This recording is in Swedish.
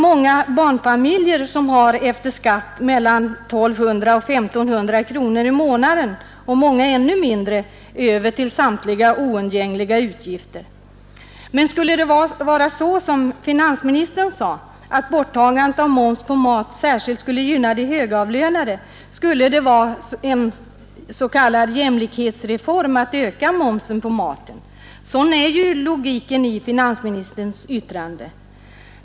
Många barnfamiljer däremot har efter skatt mellan 1 200 och 1 500 kronor i månaden, många ännu mindre, över till samtliga oundgängliga utgifter. Skulle det vara så, som finansministern sade, att borttagande av moms på mat särskilt skulle gynna de högavlönade, skulle det vara en s.k. jämlikhetsreform att öka momsen på maten. Sådan är logiken i finansministerns yttrande.